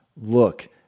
look